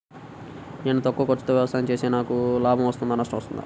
నేను తక్కువ ఖర్చుతో వ్యవసాయం చేస్తే నాకు లాభం వస్తుందా నష్టం వస్తుందా?